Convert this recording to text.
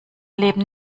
leben